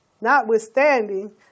notwithstanding